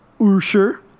Usher